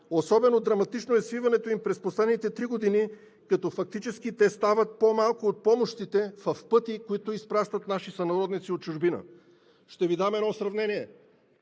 Особено драматично е свиването им през последните три години, като фактически те стават по-малко от помощите в пъти, които изпращат наши сънародници от чужбина. Ще Ви дам едно сравнение.